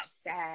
sad